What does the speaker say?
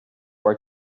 our